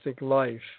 life